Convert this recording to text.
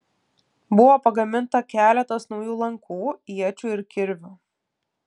buvo pagaminta keletas naujų lankų iečių ir kirvių